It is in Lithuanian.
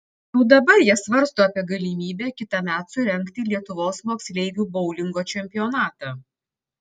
jau dabar jie svarsto apie galimybę kitąmet surengti lietuvos moksleivių boulingo čempionatą